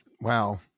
wow